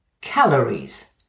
Calories